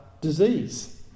disease